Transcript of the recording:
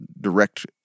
direct